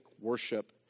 worship